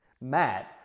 Matt